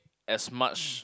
as much